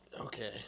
Okay